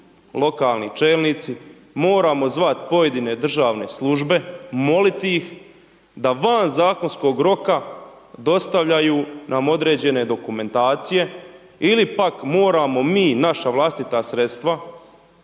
lokalni čelnici moramo zvati pojedine državne službe, moliti ih da van zakonskog roka dostavljaju nam određene dokumentacije ili pak moramo mi, naša vlastita sredstva